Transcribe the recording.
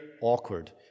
awkward